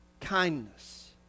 kindness